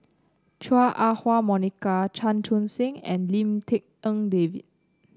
Chua Ah Huwa Monica Chan Chun Sing and Lim Tik En David